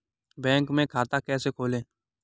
Bank में खाता कैसे खोलें?